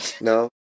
No